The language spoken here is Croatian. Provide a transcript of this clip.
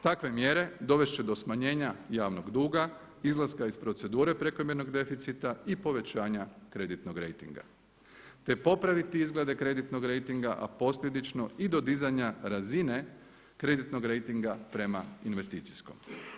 Takve mjere dovest će do smanjenja javnog duga, izlaska iz procedure prekomjernog deficita i povećanja kreditnog rejtinga te popraviti izglede kreditnog rejtinga, a posljedično i do dizanja razine kreditnog rejtinga prema investicijskom.